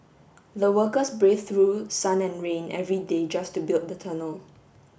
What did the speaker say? the workers braved through sun and rain every day just to build the tunnel